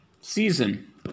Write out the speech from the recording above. season